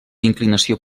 inclinació